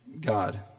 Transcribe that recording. god